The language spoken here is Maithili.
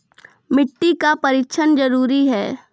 मिट्टी का परिक्षण जरुरी है?